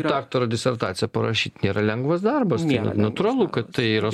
daktaro disertaciją parašyt nėra lengvas darbas natūralu kad tai yra